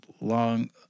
Long